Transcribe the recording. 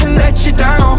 let you down,